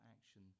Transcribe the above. action